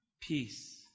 peace